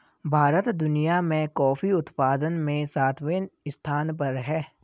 भारत दुनिया में कॉफी उत्पादन में सातवें स्थान पर है